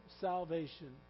salvation